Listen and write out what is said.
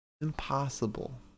Impossible